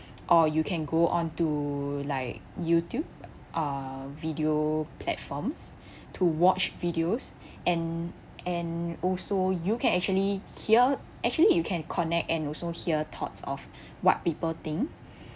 or you can go onto like YouTube uh video platforms to watch videos and and also you can actually hear actually you can connect and also hear thoughts of what people think